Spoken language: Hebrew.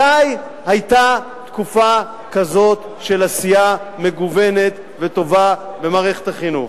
מתי היתה תקופה כזאת של עשייה מגוונת וטובה במערכת החינוך?